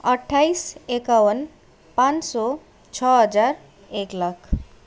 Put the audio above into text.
अठ्ठाइस एकाउन पाँच सौ छः हजार एक लाख